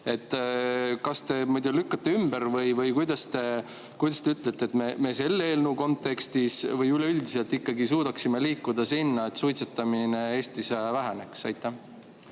Kas te lükkate selle ümber või kuidas me [teie arvates] selle eelnõu kontekstis või üleüldiselt ikkagi suudaksime liikuda sinnapoole, et suitsetamine Eestis väheneks? Tänan!